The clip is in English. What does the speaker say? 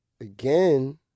again